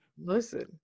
listen